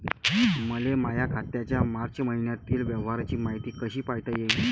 मले माया खात्याच्या मार्च मईन्यातील व्यवहाराची मायती कशी पायता येईन?